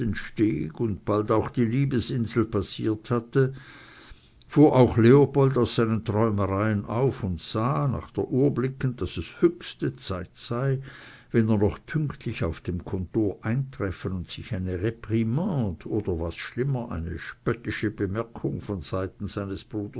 steg und bald auch die liebesinsel passiert hatte fuhr auch leopold aus seinen träumereien auf und sah nach der uhr blickend daß es höchste zeit sei wenn er noch pünktlich auf dem kontor eintreffen und sich eine reprimande oder was schlimmer eine spöttische bemerkung von seiten seines